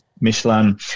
Michelin